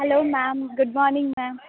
hello ma'am good morning ma'am